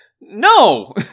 no